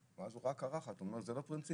וראה קרחת אז הוא אמר: "זה לא פרינציפ,